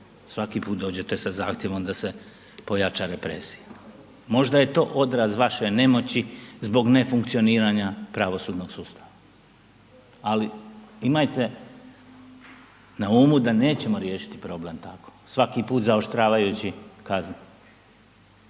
Svaki put dođete sa zahtjevom da se pojača represija. Možda je to odraz vaše nemoći zbog nefunkcioniranja pravosudnog sustava, ali imajte na umu da nećemo riješiti problem tako, svaki put zaoštravajući kazne.